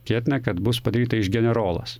tikėtina kad bus padaryta iš generolas